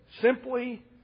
Simply